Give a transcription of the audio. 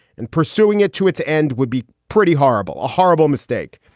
and pursuing it to its end would be pretty horrible, a horrible mistake.